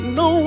no